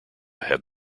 have